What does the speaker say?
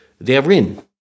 therein